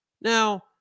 Now